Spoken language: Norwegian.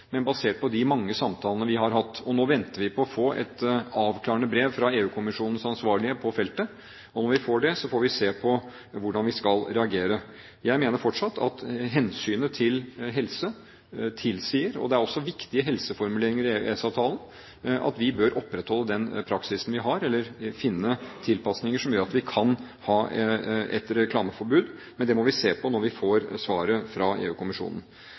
Men basert på de mange samtalene vi har hatt og et avklarende brev fra EU-kommisjonens ansvarlige på feltet som vi venter på, får vi se på hvordan vi skal reagere. Jeg mener fortsatt at hensynet til helse tilsier – det er også viktige helseformuleringer i EØS-avtalen – at vi bør opprettholde den praksisen vi har, eller finne tilpasninger som gjør at vi kan ha et reklameforbud. Men det må vi se på når vi får svaret fra